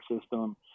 system